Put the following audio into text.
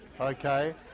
Okay